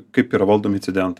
kaip yra valdomi incidentai